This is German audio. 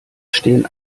stehen